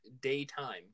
daytime